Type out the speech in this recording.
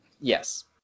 Yes